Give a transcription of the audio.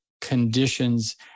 conditions